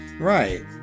Right